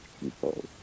people